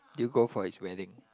did you go for his wedding